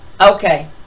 okay